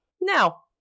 now